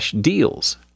deals